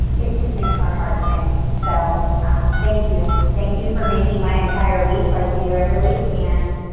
it just makes our heart sing. so thank you, thank you for making my entire week like you do every week and